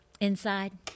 inside